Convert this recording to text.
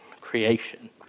creation